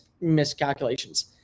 miscalculations